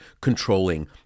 controlling